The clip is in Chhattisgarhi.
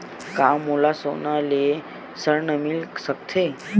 का मोला सोना ले ऋण मिल सकथे?